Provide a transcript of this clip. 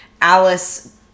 alice